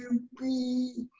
um be